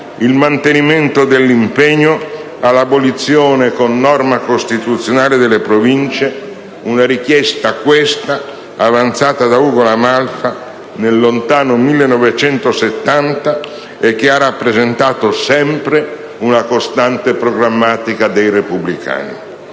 il mantenimento dell'impegno all'abolizione con norma costituzionale delle Province, una richiesta, questa, avanzata da Ugo La Malfa nel lontano 1970 e che ha rappresentato sempre una costante programmatica dei Repubblicani.